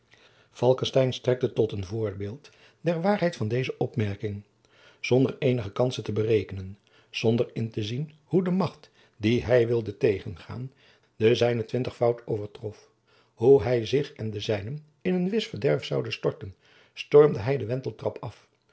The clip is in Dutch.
tot een voorbeeld jacob van lennep de pleegzoon der waarheid van deze opmerking zonder eenige kansen te berekenen zonder in te zien hoe de macht die hij wilde tegengaan de zijne twintigvoud overtrof hoe hij zich en de zijnen in een wis verderf zoude storten stormde hij de wenteltrap af